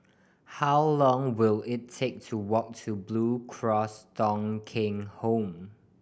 how long will it take to walk to Blue Cross Thong Kheng Home